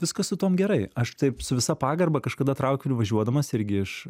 viskas su tuom gerai aš taip su visa pagarba kažkada traukiniu važiuodamas irgi iš